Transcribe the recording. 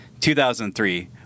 2003